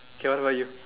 okay what about you